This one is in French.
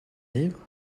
livre